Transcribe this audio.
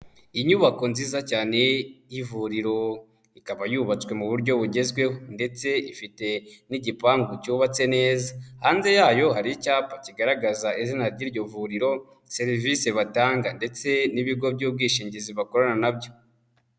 Inyubako nziza cyane y'ivuriro, ikaba yubatswe mu buryo bugezweho ndetse ifite n'igipangu cyubatse neza, hanze yayo hari icyapa kigaragaza izina ry'iryo vuriro, serivisi batanga ndetse n'ibigo by'ubwishingizi bakorana na byo.